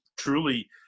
truly